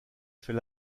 fait